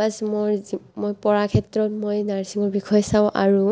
বাচ্ মোৰ যি মই পঢ়া ক্ষেত্ৰত নাৰ্ছিঙৰ বিষয়ে চাওঁ আৰু